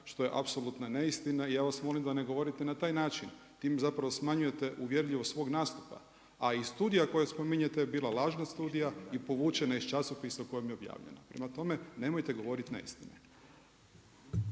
što je apsolutna neistina i ja vas molim da ne govorite na taj način, time zapravo smanjujete uvjerljivost svog nastupa. A i studija koju spominjete je bila lažna studija i povućena je iz časopisa u kojem je objavljena. Prema tome nemojte govoriti neistine.